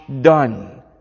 done